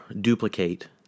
duplicate